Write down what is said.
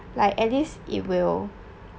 like at least it will